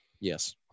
Yes